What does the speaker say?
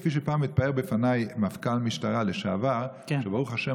כפי שפעם התפאר בפניי מפכ"ל המשטרה לשעבר שברוך השם,